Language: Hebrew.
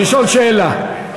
לשאול שאלה.